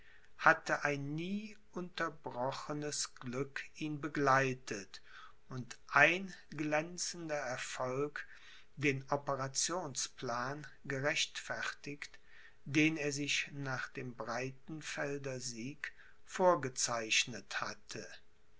hatte ein nie unterbrochenes glück ihn begleitet und ein glänzender erfolg den operationsplan gerechtfertigt den er sich nach dem breitenfelder sieg vorgezeichnet hatte